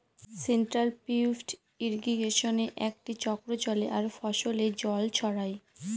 central pivot ইর্রিগেশনে একটি চক্র চলে আর ফসলে জল ছড়ায়